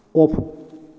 off